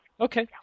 Okay